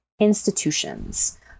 institutions